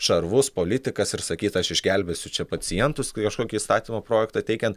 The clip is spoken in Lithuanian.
šarvus politikas ir sakyt aš išgelbėsiu čia pacientus kažkokį įstatymo projektą teikian